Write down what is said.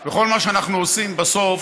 כל מה שאנחנו עושים בסוף,